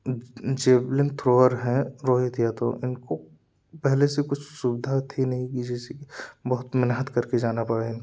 javelin thrower है रोहित यादव इनको पहले से कुछ सुविधा थी नहीं कि जैसे की बहुत मेनहत करके जाना पड़ा है इनको